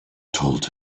told